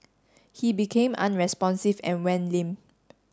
he became unresponsive and went limp